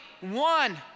one